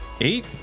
Eight